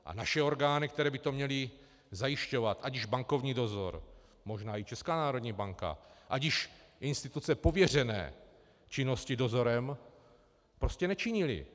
A naše orgány, které by to měly zajišťovat, ať již bankovní dozor, možná i Česká národní banka, ať již instituce pověřené činností dozoru, prostě nečinily.